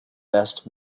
best